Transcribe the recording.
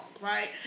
right